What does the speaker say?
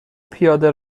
پیاده